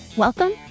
Welcome